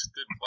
Good